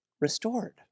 restored